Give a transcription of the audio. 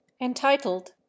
entitled